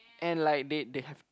and like they they have